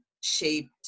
shaped